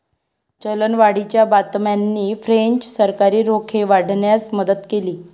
चलनवाढीच्या बातम्यांनी फ्रेंच सरकारी रोखे वाढवण्यास मदत केली